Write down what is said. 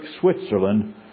Switzerland